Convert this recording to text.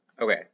Okay